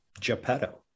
Geppetto